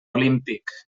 olímpic